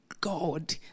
God